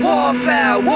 Warfare